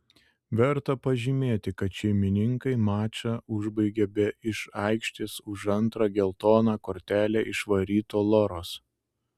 verta pažymėti kad šeimininkai mačą užbaigė be iš aikštės už antrą geltoną kortelę išvaryto loros